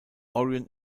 orion